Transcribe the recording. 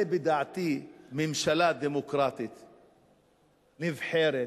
בדעתי ממשלה דמוקרטית נבחרת,